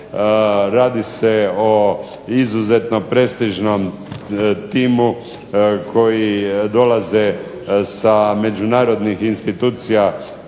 Radi se o izuzetno prestižnom timu koji dolaze sa međunarodnih institucija